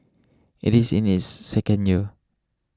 it is in its second year